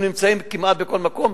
הם נמצאים כמעט בכל מקום,